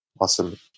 Awesome